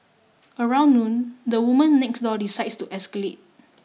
around noon the woman next door decides to escalate